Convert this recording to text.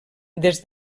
des